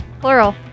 Plural